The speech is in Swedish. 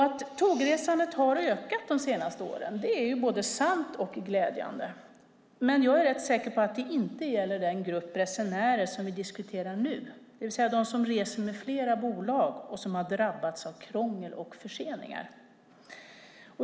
Att tågresandet har ökat de senaste åren är både sant och glädjande. Men jag är rätt säker på att det inte gäller den grupp resenärer som vi diskuterar nu, det vill säga de som reser med flera bolag och som har drabbats av krångel och förseningar.